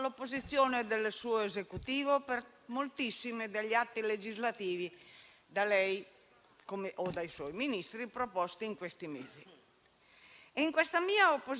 In questa mia opposizione costruttiva penso oggi di dover riconoscere, per onestà politica e intellettuale,